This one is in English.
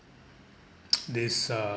this um